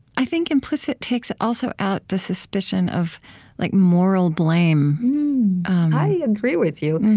i think implicit takes also out the suspicion of like moral blame i agree with you.